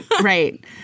right